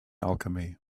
alchemy